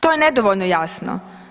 To je nedovoljno jasno.